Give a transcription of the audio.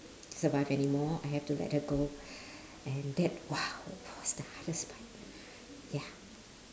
survive anymore I have to let her go and that !wow! that was the hardest part ya